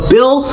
Bill